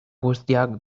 guztiak